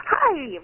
Hi